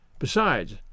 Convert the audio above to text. Besides